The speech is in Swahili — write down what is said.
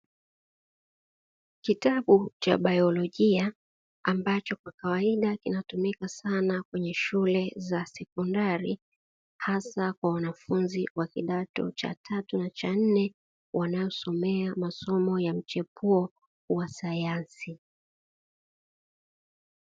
Kitabu cha baiolojia ambacho kwa kawaida kinatumika sana kwenye shule za sekondari hasa kwa wanafunzi wa kidato cha tatu na cha nne wanasomea masomo ya mchepuo wa sayansi.